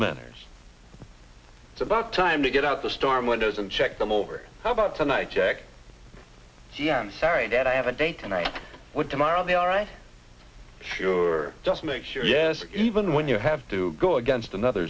manners it's about time to get out the storm windows and check them over how about tonight check c n n sorry that i have a date tonight with tomorrow on the all right sure just make sure yes even when you have to go against another